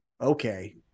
okay